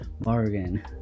bargain